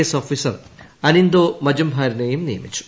S officer Anindo മജുംഭാരിനെയും നിയമിച്ചു